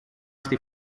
στη